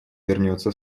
вернется